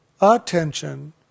attention